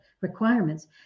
requirements